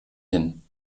hin